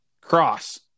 Cross